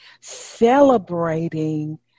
celebrating